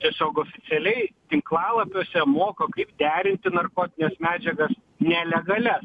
tiesiog oficialiai tinklalapiuose moko kaip derinti narkotines medžiagas nelegalias